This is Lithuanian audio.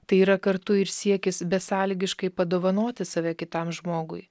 tai yra kartu ir siekis besąlygiškai padovanoti save kitam žmogui